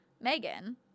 Megan